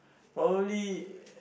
probably